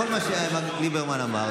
כל מה שליברמן אמר,